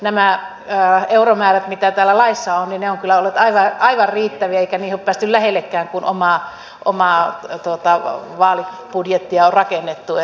nämä euromäärät mitä täällä laissa on ovat kyllä olleet aivan riittäviä eikä niitä ole päästy lähellekään kun omaa vaalibudjettia on määrä pitää vaalia budjettia rakenne rakennettu